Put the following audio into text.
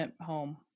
home